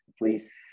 please